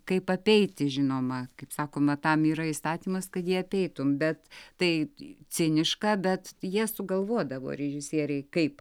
kaip apeiti žinoma kaip sakoma tam yra įstatymas kad jį apeitumei bet tai ciniška bet jie sugalvodavo režisieriai kaip